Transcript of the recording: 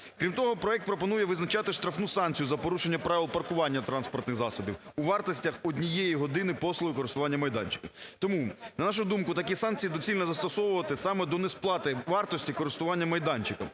Крім того, проект пропонує визначати штрафну санкцію за порушення правил паркування транспортних засобів у вартостях однієї години послуги користування майданчиком. Тому, на нашу думку, такі санкції доцільно застосовувати саме до несплати вартості користування майданчиком.